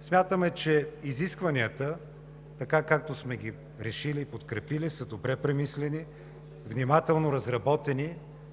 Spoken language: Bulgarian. смятаме, че изискванията така, както сме ги решили и подкрепили, са добре премислени, внимателно разработени